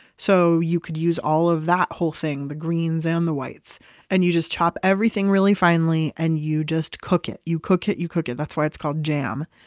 so you could use all of that whole thing, the greens and the whites and you just chop everything really finely and you just cook it. you cook it, you cook it. that's why it's called jam.